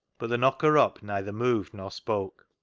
but the knocker-up neither moved nor spoke.